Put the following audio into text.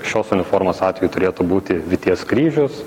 šios uniformos atveju turėtų būti vyties kryžius